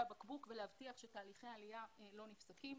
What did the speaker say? הבקבוק ולהבטיח שתהליכי העלייה לא נפסקים.